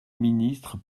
ministre